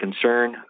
concern